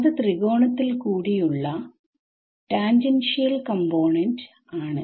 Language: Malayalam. അത് ത്രികോണത്തിൽ കൂടിയുള്ള ടാൻജൻഷിയൽ കമ്പോണെന്റ് ആണ്